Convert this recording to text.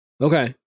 Okay